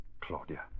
Claudia